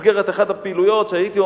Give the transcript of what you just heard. במסגרת אחת הפעילויות שהייתי.